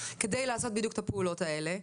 כדי לעשות בדיוק את הפעולות האלה,